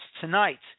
tonight